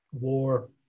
war